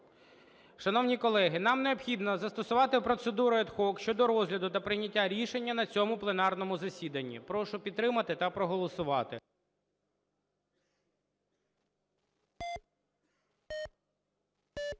Шановні колеги, нам необхідно застосувати процедуру ad hoc щодо розгляду та прийняття рішення на цьому пленарному засіданні. Прошу підтримати та проголосувати.